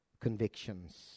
convictions